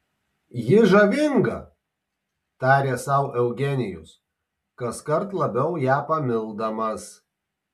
ji žavinga tarė sau eugenijus kaskart labiau ją pamildamas